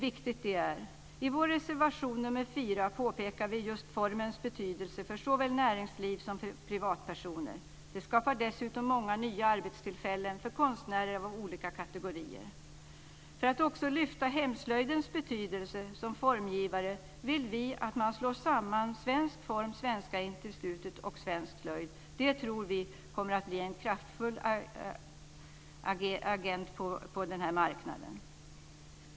I vår reservation 4 påpekar vi just formens betydelse för såväl näringsliv som för privatpersoner. Det skapar dessutom många nya arbetstillfällen för konstnärer av olika kategorier. För att också lyfta fram hemslöjdens betydelse som formgivare vill vi att man slår samman Svensk Form, Svenska Institutet och Svensk Slöjd. Det tror vi kommer att ge en kraftfull agent på denna marknad.